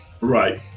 Right